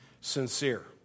sincere